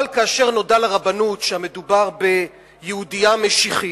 אבל כאשר נודע לרבנות שמדובר ביהודייה משיחית,